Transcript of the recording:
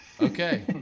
Okay